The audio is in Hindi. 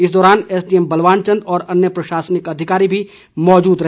इस दौरान एसडीएम बलवान चंद और अन्य प्रशासनिक अधिकारी भी मौजूद रहे